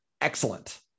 excellent